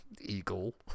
eagle